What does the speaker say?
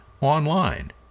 online